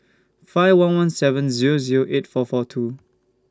five one one seven Zero Zero eight four four two